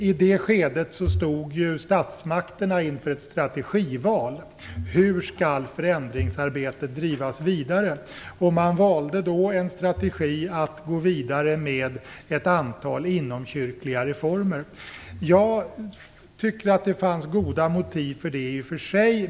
I det skedet stod statsmakterna inför ett strategival: Hur skulle förändringsarbetet drivas vidare? Man valde då en strategi att gå vidare med ett antal inomkyrkliga reformer. Jag tycker att det i och för sig fanns goda motiv för detta.